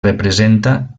representa